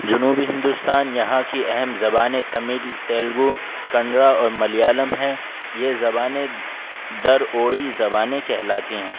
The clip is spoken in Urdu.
جنوبی ہندوستان یہاں کی اہم زبانیں تمل تیلگو کنڈ اور ملیالم ہیں یہ زبانیں در اوئی زبانیں کہلاتی ہیں